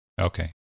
okay